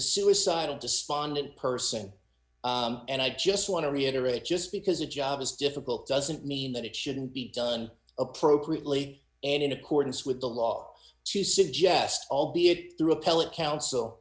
a suicidal despondent person and i just want to reiterate just because a job is difficult doesn't mean that it shouldn't be done appropriately and in accordance with the law to suggest albeit through appellate counsel